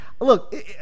Look